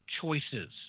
choices